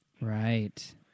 right